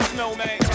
Snowman